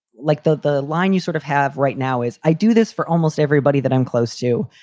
like the the line you sort of have right now is i do this for almost everybody that i'm close to.